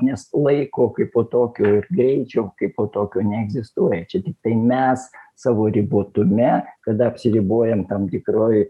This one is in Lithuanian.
nes laiko kaip tokio ir greičio kaip tokio neegzistuoja čia tiktai mes savo ribotume kada apsiribojam tam tikroj